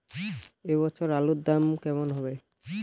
এ বছর আলুর দাম কেমন হবে?